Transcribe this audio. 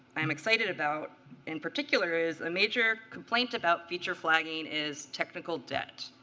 i'm excited about in particular is a major complaint about feature flagging is technical debt.